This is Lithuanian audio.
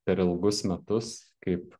per ilgus metus kaip